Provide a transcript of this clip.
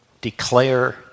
declare